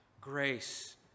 grace